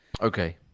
Okay